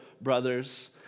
brothers